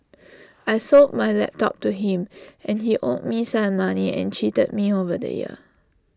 I sold my laptop to him and he owed me some money and cheated me over the year